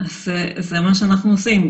זה מה שאנחנו עושים.